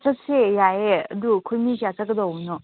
ꯆꯠꯁꯦ ꯌꯥꯏꯌꯦ ꯑꯗꯨ ꯑꯩꯈꯣꯏ ꯃꯤ ꯀꯌꯥ ꯆꯠꯀꯗꯧꯕꯅꯣ